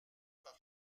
par